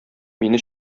мине